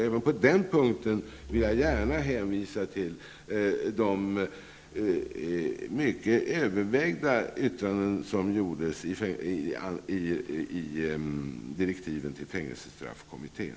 Även på den punkten vill jag gärna hänvisa till de mycket övervägda yttranden som gjordes i direktiven till fängelsestraffkommittén.